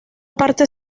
parte